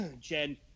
Jen